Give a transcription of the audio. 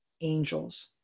angels